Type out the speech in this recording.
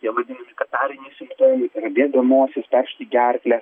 tie vadinami katariniai simptomai tai yra bėga nosis peršti gerklę